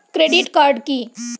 Credit card কি?